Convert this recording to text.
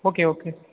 okay okay